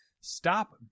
stop